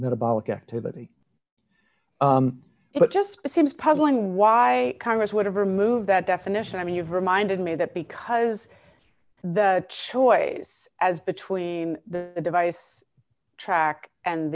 metabolic activity it just seems puzzling why congress would ever move that definition i mean you've reminded me that because the choice as between the device track and